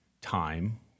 time